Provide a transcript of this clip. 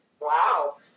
Wow